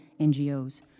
NGOs